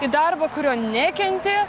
į darbą kurio nekenti